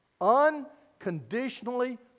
Unconditionally